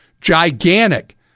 gigantic